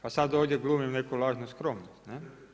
Pa sad ovdje glumim neku lažnu skromnost, ne?